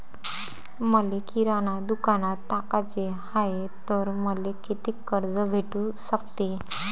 मले किराणा दुकानात टाकाचे हाय तर मले कितीक कर्ज भेटू सकते?